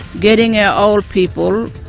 getting our old people